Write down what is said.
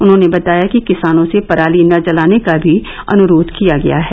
उन्होंने बताया कि किसानों से पराली न जलाने का भी अनुरोध किया गया है